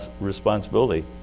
responsibility